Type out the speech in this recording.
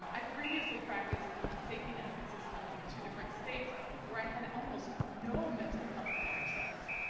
um i've previously practiced in safety net systems in two different states where i had almost no mental health access.